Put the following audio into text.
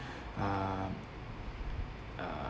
uh uh